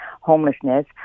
homelessness